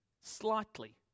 slightly